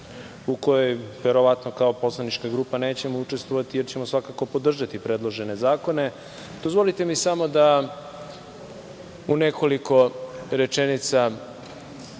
u kojoj verovatno, kao poslanička grupa, nećemo učestvovati, jer ćemo svakako podržati predložene zakone. Dozvolite mi samo da u nekoliko rečenica